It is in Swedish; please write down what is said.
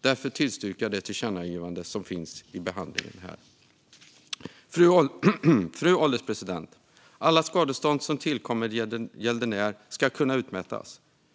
Därför tillstyrker jag det förslag till tillkännagivande som finns i betänkandet. Fru ålderspresident! Alla skadestånd som tillkommer gäldenärer ska kunna utmätas.